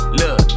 look